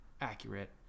accurate